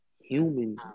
human